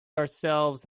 ourselves